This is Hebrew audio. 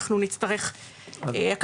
אנחנו נצטרך לאשרר מול היועצת המשפטית.